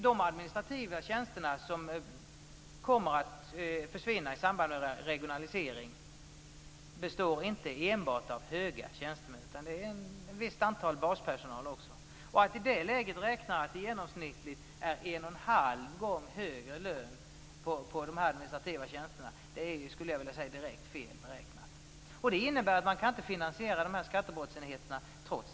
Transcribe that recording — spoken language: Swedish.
De administrativa tjänster som kommer att försvinna i samband med regionalisering består inte enbart av höga tjänster, utan det är också en viss del baspersonal. Att i det läget räkna att det är i genomsnitt en och en halv gång högre lön på de administrativa tjänsterna skulle jag vilja säga direkt fel beräknat. Det innebär att man trots detta inte kan finansiera skattebrottsenheterna.